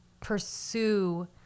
pursue